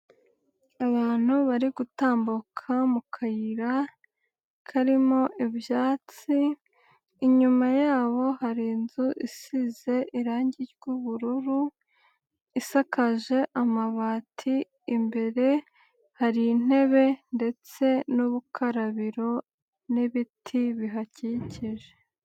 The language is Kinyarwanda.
Abantu bari gutambuka mu kayira karimo ibyatsi, inyuma yabo hari inzu isize irangi ry'ubururu, isakaje amabati imbere hari intebe ndetse n'urubukarabiro n'ibiti bihakikije.